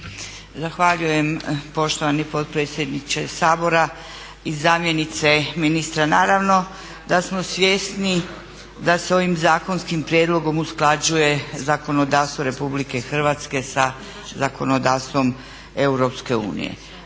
Zahvaljujem poštovani potpredsjedniče Sabora, i zamjenice ministra. Naravno da samo svjesni da se ovim zakonskim prijedlogom usklađuje zakonodavstvo RH sa zakonodavstvom EU.